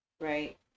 right